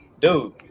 dude